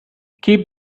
keep